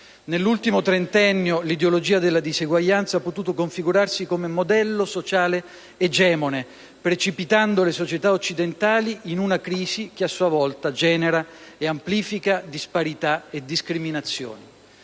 Nell'ultimo trentennio l'ideologia della diseguaglianza ha potuto configurarsi come modello sociale egemone, precipitando le società occidentali in una crisi che a sua volta genera e amplifica disparità e discriminazioni.